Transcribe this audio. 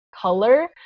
color